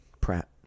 Pratt